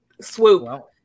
swoop